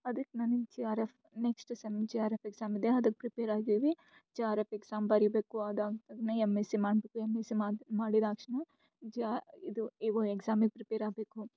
ಅದಕ್ ನಾನೀಗ G R F next sem G R F exam ಇದೆ ಅದಕ್ಕೆ ಪ್ರಿಪೇರ್ ಆದೀವಿ ಜಿ ಆರ್ ಎಫ್ ಎಕ್ಸಾಮ್ ಬರೀಬೇಕು ಅದಾದ ತಕ್ಷಣ ಎಮ್ಎಸ್ಸಿ ಮಾಡಬೇಕು ಎಮ್ಎಸ್ಸಿ ಮಾಡು ಮಾಡಿದಾಕ್ಷಣ ಜಿ ಆ ಇದು ಇ ಒ ಎಕ್ಸಾಮಿಗೆ ಪ್ರಿಪೇರ್ ಆಗಬೇಕು